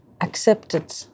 accepted